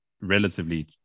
relatively